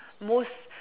most